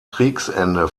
kriegsende